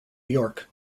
york